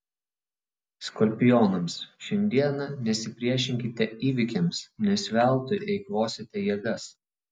skorpionams šiandieną nesipriešinkite įvykiams nes veltui eikvosite jėgas